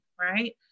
right